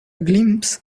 glimpse